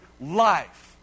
life